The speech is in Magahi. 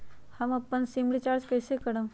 हम अपन सिम रिचार्ज कइसे करम?